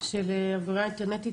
של עבירה אינטרנטית,